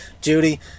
Judy